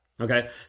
okay